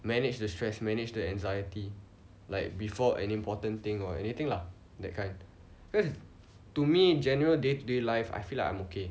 manage the stress manage the anxiety like before an important thing or anything lah that kind cause to me in general day to day life I feel like I'm okay